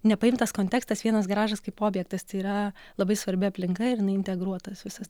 nepaimtas kontekstas vienas garažas kaip objektas tai yra labai svarbi aplinka ir jinai integruotas visas